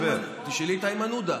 ותשאלי את איימן עודה,